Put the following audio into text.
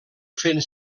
fent